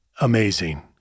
amazing